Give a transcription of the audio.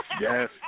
Yes